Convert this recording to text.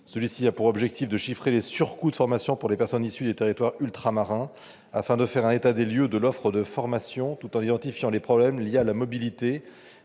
Celui-ci aura comme objet de chiffrer les surcoûts de formation pour les personnes issues des territoires ultramarins, afin de faire un état des lieux de l'offre de formation, tout en identifiant les problèmes liés à la mobilité